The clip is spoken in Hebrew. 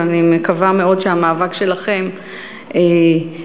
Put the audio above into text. ואני מקווה מאוד שהמאבק שלכם יצליח.